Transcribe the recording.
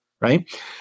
Right